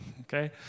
okay